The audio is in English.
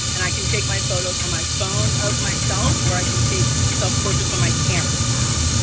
and i can take my photos on my phone of myself, or i can take self-portraits on my camera wow.